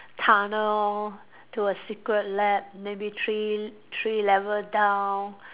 tunnel to a secret lab maybe three three level down